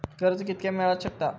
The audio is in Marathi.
कर्ज कितक्या मेलाक शकता?